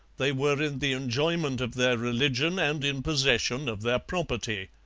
they were in the enjoyment of their religion and in possession of their property.